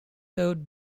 served